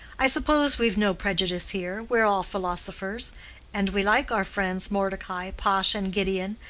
i suppose we've no prejudice here we're all philosophers and we like our friends mordecai, pash, and gideon,